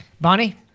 Bonnie